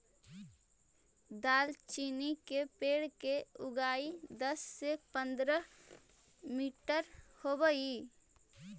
दालचीनी के पेड़ के ऊंचाई दस से पंद्रह मीटर होब हई